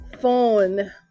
phone